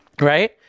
right